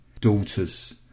daughters